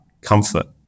comfort